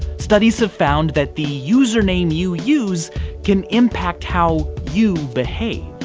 studies have found that the username you use can impact how you behave.